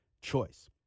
choice